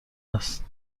است